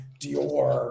Dior